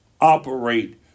operate